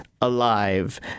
alive